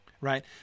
right